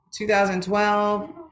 2012